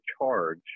charge